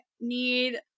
need